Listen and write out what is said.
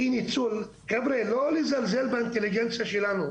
חבר'ה, לא לזלזל באינטליגנציה שלנו.